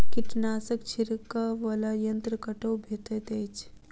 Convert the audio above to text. कीटनाशक छिड़कअ वला यन्त्र कतौ भेटैत अछि?